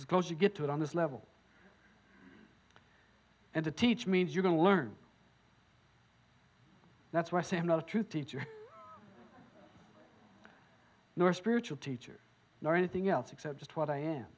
close you get to it on this level and to teach means you can learn that's why i say i'm not a true teacher nor spiritual teacher nor anything else except just what i am